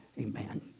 Amen